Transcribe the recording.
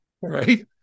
right